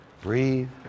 Breathe